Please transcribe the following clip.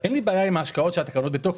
אין לי בעיה עם ההשקעות כשהתקנות בתוקף.